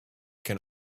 can